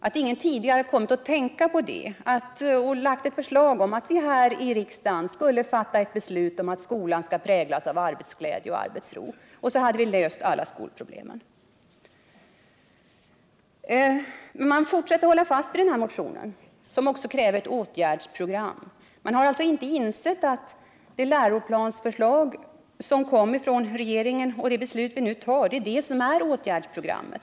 Att ingen tidigare har kommit att tänka på det och lagt fram ett förslag om att vi här i riksdagen skulle fatta ett beslut om att skolan skall präglas av arbetsglädje och arbetsro — och därigenom hade vi löst alla skolproblem! Moderaterna fortsätter att hålla fast vid den här motionen, som också krävde ett åtgärdsprogram. Man har alltså inte insett att det läroplansförslag som kommer från regeringen och det beslut vi nu kommer att fatta är ett åtgärdsprogram.